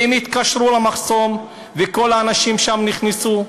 והם התקשרו למחסום, וכל האנשים שם נכנסו.